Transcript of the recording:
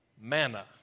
manna